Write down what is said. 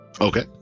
Okay